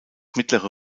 mittlere